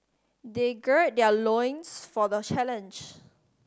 they gird their loins for the challenge